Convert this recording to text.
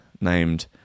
named